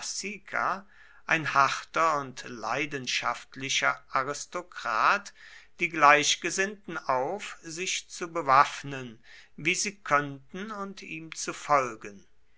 ein harter und leidenschaftlicher aristokrat die gleichgesinnten auf sich zu bewaffnen wie sie könnten und ihm zu folgen